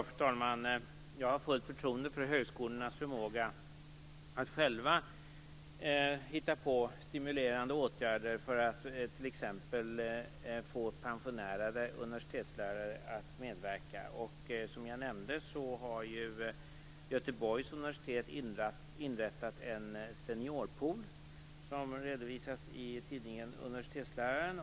Fru talman! Jag har fullt förtroende för högskolornas förmåga att själva hitta på stimulerande åtgärder för att t.ex. få pensionerade universitetslärare att medverka. Som jag nämnde har Göteborgs universitet inrättat en seniorpool, som redovisas i tidningen Universitetsläraren.